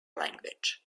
language